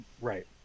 right